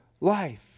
life